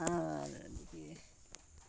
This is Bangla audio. আর